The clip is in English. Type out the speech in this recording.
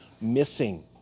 missing